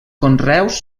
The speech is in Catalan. conreus